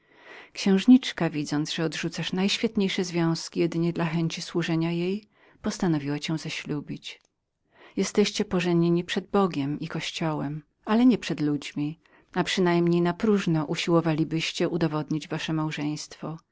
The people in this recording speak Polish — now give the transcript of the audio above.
księżniczka widząc że odrzucałeś najświetniejsze związki dla jedynej chęci służenia jej postanowiła cię zaślubić jesteście pożenieni przed bogiem i kościołem ale nie przed ludźmi lub raczej napróżno usiłowalibyście udowodnić wasze małżeństwo